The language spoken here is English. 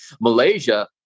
Malaysia